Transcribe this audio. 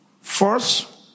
First